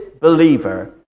believer